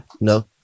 no